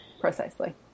Precisely